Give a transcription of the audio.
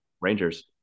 Rangers